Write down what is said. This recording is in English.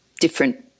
different